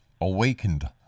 awakened